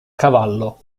cavallo